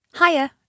Hiya